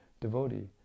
devotee